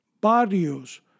Barrios